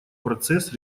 процесс